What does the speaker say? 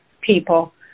people